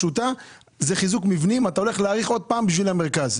הנושאים הללו לא עוזרים למרכז.